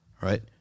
Right